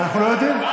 אנחנו לא יודעים.